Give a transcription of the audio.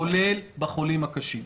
כולל בחולים הקשים.